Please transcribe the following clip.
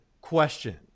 question